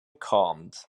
calmed